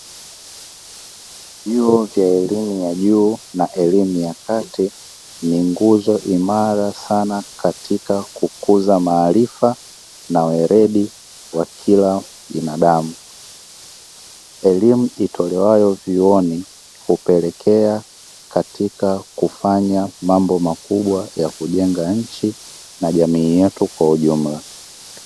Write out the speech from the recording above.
Vyuo vya elimu ya juu na elimu ya kati, ni nguzo imara sana katika kukuza maarifa na weledi wa kila binadamu. Elimu itolewayo vyuoni hupelekea katika kufanya mambo makubwa ya kujenga nchi na jamii yetu kwa ujumla.